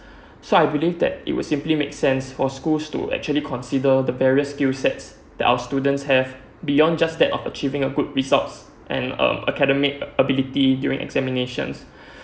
so I believe that it was simply make sense for schools to actually consider the various skills sets that our student have beyond just that of achieving a good results and um academic ability during examinations